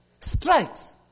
Strikes